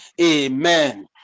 amen